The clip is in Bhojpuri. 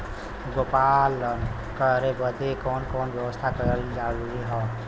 गोपालन करे बदे कवन कवन व्यवस्था कइल जरूरी ह?